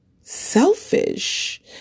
Selfish